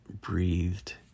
breathed